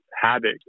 habit